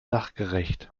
sachgerecht